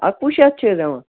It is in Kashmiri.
اَکہٕ وُہ شَتھ چھِ حظ یِوان